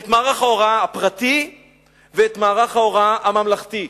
את מערך ההוראה הפרטי ואת מערך ההוראה הממלכתי.